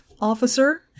officer